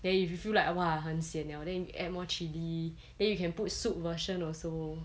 then if you feel like !wah! 很 sian liao then you add more chili then you can put soup version also